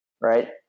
right